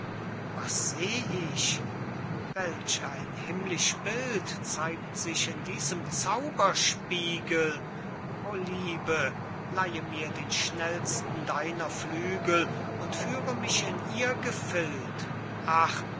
was seh ich welch ein himmlisch bild zeigt sich in diesem zauberspiegel o liebe leihe mir den schnellsten deiner flügel und führe mich in ihr gefild ach